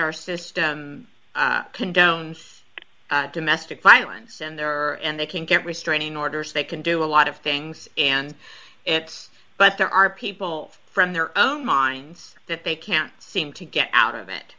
our system can down domestic violence in there and they can get restraining orders they can do a lot of things and but there are people from their own minds that they can't seem to get out of it